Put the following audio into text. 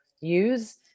use